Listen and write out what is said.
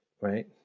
right